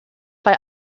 bei